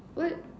what